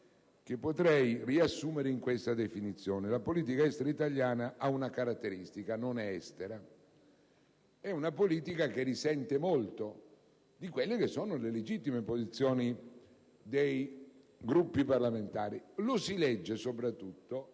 che potrei riassumere in questa definizione. La politica estera italiana ha una caratteristica: non è estera, ma è una politica che risente molto di quelle che sono le legittime posizioni dei Gruppi parlamentari. Lo si legge soprattutto